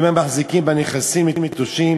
אם הם מחזיקים בנכסים נטושים